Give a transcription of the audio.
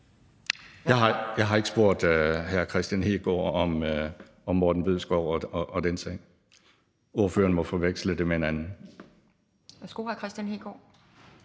Jeg har ikke spurgt hr. Kristian Hegaard om Morten Bødskov og den sag. Ordføreren må forveksle det med en anden. Kl. 14:49 Anden næstformand